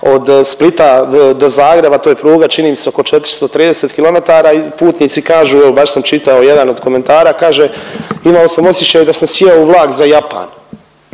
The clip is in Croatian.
od Splita do Zagreba, to je pruga čini mi se oko 430 km i putnici kažu, evo baš sam čitao jedan od komentara, kaže imamo sam osjećaj da sam sjeo u vlak za Japan,